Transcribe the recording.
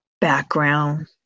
background